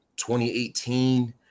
2018